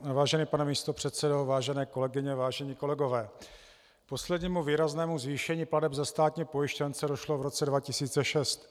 Vážený pane místopředsedo, vážené kolegyně, vážení kolegové, k poslednímu výraznému zvýšení plateb za státní pojištěnce došlo v roce 2006.